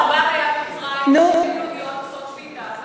בתקופה שהרמב"ם היה במצרים נשים יהודיות עושות שביתה,